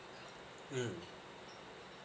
mm